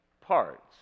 parts